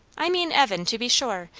i mean evan, to be sure.